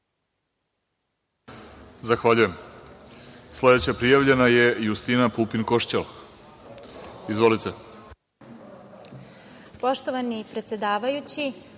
Zahvaljujem. Sledeća prijavljena je Justina Pupin Košćal. **Justina